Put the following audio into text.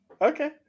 Okay